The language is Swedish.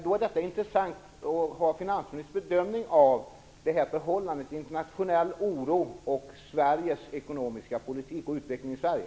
Då är det intressant att höra finansministerns bedömning av förhållandet mellan internationell oro och Sveriges ekonomiska politik och utvecklingen i Sverige.